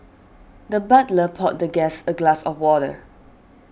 the butler poured the guest a glass of water